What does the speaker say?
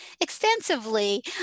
extensively